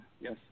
Yes